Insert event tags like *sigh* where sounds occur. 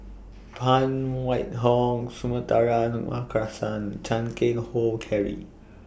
Phan Wait Hong *unintelligible* Markasan Chan Keng Howe Harry